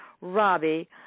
Robbie